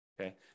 okay